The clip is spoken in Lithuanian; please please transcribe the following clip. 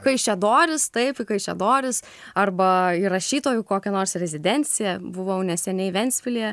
kaišiadorys taip į kaišiadoris arba į rašytojų kokią nors rezidenciją buvau neseniai ventspilyje